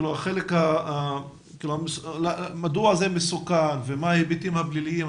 את מתכוונת למדוע זה מסוכן ומה ההיבטים הפליליים.